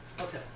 Okay